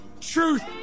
truth